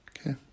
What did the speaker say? Okay